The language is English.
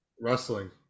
wrestling